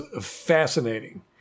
fascinating